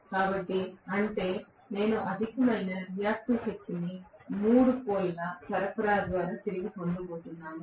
కాబట్టి అంటే నేను అధిక రియాక్టివ్ శక్తిని మూడు పొల్ ల సరఫరాకు తిరిగి పొందబోతున్నాను